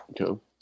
Okay